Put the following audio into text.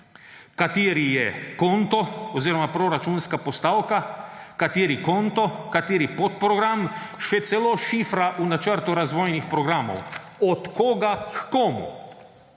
kateri je konto oziroma proračunska postavka, kateri konto, kateri podprogram, še celo šifra v načrtu razvojnih programov, od koga h komu